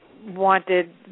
wanted